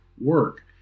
work